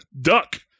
Duck